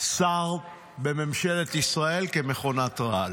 שר בממשלת ישראל מכונת רעל.